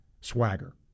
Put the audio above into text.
swagger